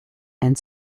and